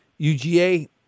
UGA